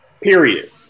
Period